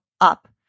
up